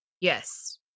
Yes